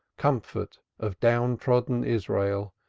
comfort of down-trodden israel,